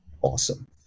Awesome